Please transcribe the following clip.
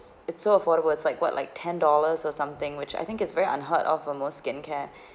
it's all affordable it's like what like ten dollars or something which I think is very unheard of a most skincare